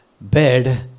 bed